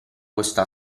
questa